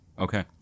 okay